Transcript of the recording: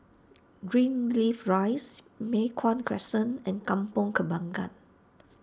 Greenleaf Rise Mei Hwan Crescent and Kampong Kembangan